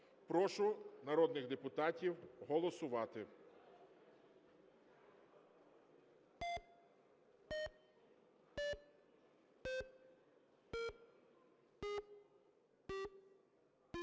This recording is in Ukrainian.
Прошу народних депутатів голосувати.